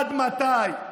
עד מתי?